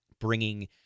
bringing